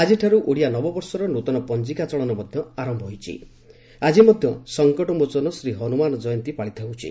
ଆକିଠାରୁ ଓଡ଼ିଆ ନବବର୍ଷର ନୂତନ ପଞିକା ଚଳନ ମଧ୍ଧ ଆର ହୋଇଛି ଆକି ମଧ୍ଧ ସଂକଟମୋଚନ ଶ୍ରୀହନୁମାନଙ୍କ ଜୟନ୍ତୀ ପାଳିତ ହେଉଛି